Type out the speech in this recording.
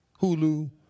Hulu